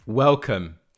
Welcome